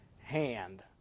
hand